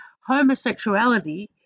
homosexuality